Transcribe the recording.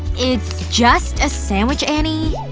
it's just a sandwich, annie.